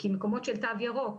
כי מקומות של תו ירוק,